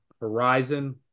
Horizon